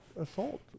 assault